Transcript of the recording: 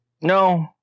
No